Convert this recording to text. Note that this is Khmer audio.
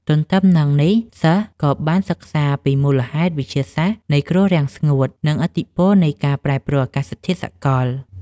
ទន្ទឹមនឹងនេះ សិស្សក៏បានសិក្សាពីមូលហេតុវិទ្យាសាស្ត្រនៃគ្រោះរាំងស្ងួត និងឥទ្ធិពលនៃការប្រែប្រួលអាកាសធាតុសកល។